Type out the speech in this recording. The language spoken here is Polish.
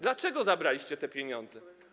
Dlaczego zabraliście te pieniądze?